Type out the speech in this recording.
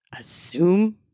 Assume